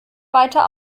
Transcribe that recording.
weiter